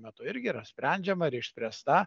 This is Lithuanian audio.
metu irgi yra sprendžiama ir išspręsta